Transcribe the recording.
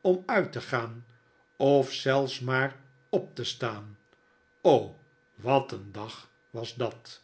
om uit te gaan of zelfs maar op te staan o wat een dag was dat